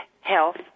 health